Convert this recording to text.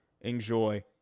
enjoy